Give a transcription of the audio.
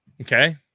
Okay